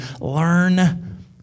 learn